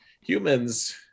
humans